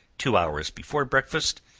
two hours before breakfast,